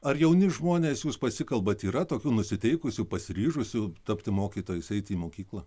ar jauni žmonės jūs pasikalbat yra tokių nusiteikusių pasiryžusių tapti mokytojais eiti į mokyklą